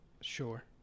Sure